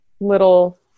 little